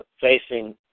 facing